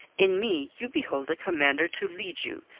in me you behold a commander to lead you,